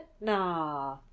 Nah